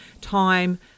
time